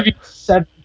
seven